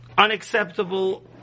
unacceptable